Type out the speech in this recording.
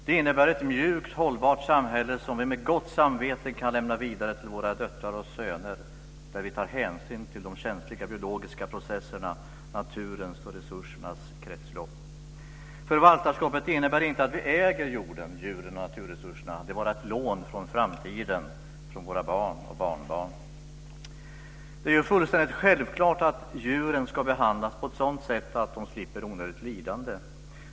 Det innebär ett mjukt, hållbart samhälle som vi med gott samvete kan lämna vidare till våra döttrar och söner och där vi tar hänsyn till de känsliga biologiska processerna, naturens och resursernas kretslopp. Förvaltarskapet innebär inte att vi äger jorden, djuren och naturresurserna. Det är bara ett lån från framtiden - från våra barn och barnbarn. Det är fullständigt självklart att djuren ska behandlas på ett sådant sätt att de slipper onödigt lidande.